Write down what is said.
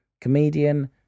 comedian